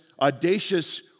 audacious